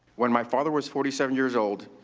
when my father was forty seven years old,